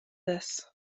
this